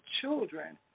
children